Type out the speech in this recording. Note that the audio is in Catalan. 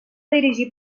dirigir